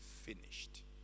finished